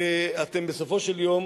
אתם בסופו של יום